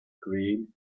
green